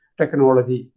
technology